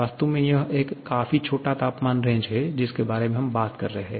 वास्तव में यह एक काफी छोटा तापमान रेंज है जिसके बारे में हम बात कर रहे हैं